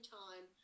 time